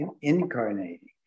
incarnating